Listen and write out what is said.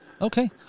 Okay